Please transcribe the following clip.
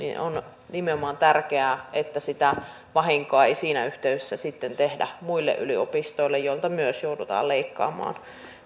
on nimenomaan tärkeää että sitä vahinkoa ei siinä yhteydessä sitten tehdä muille yliopistoille joilta myös joudutaan leikkaamaan